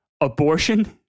abortion